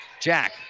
Jack